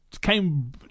came